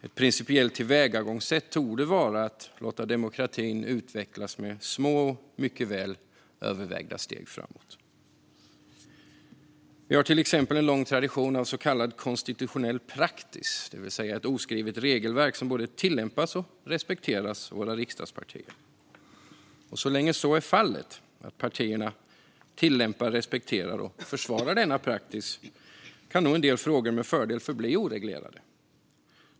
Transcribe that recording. Ett principiellt tillvägagångssätt torde vara att låta demokratin utvecklas med små och mycket väl övervägda steg framåt. Vi har till exempel en lång tradition av så kallad konstitutionell praxis, det vill säga ett oskrivet regelverk som både tillämpas och respekteras av våra riksdagspartier. Och så länge så är fallet, att partierna tillämpar, respekterar och försvarar denna praxis, kan nog en del frågor med fördel förbli oreglerade.